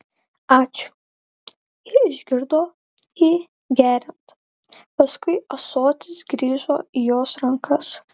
ačiū ji išgirdo jį geriant paskui ąsotis grįžo įjos rankas